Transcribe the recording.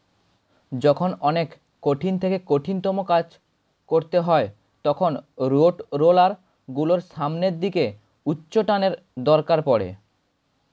যখন অনেক কঠিন থেকে কঠিনতম কাজ করতে হয় তখন রোডরোলার গুলোর সামনের দিকে উচ্চটানের দরকার পড়ে